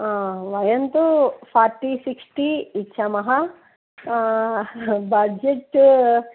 वयं तु forty sixty इच्छामः बज्जेट्